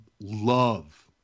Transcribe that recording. Love